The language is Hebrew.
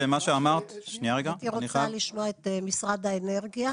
הייתי רוצה לשמוע את משרד האנרגיה.